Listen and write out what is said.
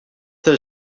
they